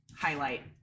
highlight